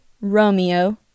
Romeo